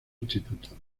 instituto